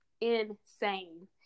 insane